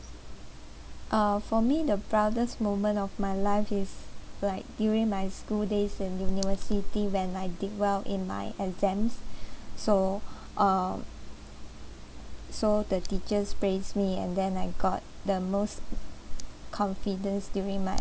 uh for me the proudest moment of my life is like during my school days in university when I did well in my exams so uh so the teachers praised me and then I got the most confidence during my